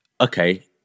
Okay